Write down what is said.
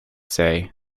say